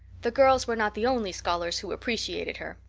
the girls were not the only scholars who appreciated her.